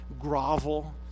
grovel